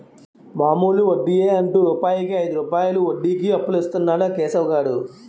మామూలు వడ్డియే అంటు రూపాయికు ఐదు రూపాయలు వడ్డీకి అప్పులిస్తన్నాడు ఆ కేశవ్ గాడు